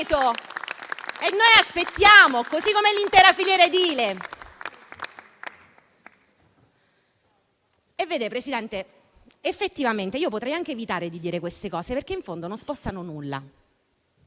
Noi aspettiamo, così come l'intera filiera edile. Signor Presidente, effettivamente potrei anche evitare di dire queste cose, perché in fondo non spostano nulla.